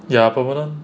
ya permanent